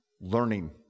Learning